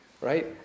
Right